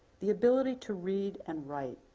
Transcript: the ability to read and write,